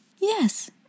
Yes